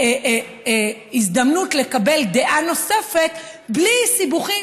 ההזדמנות לקבל דעה נוספת בלי סיבוכים,